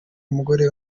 umugore